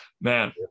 Man